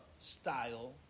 style